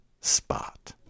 spot